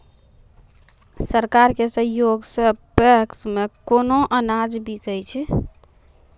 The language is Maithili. सरकार के सहयोग सऽ पैक्स मे केना अनाज बिकै छै?